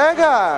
רגע,